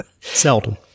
Seldom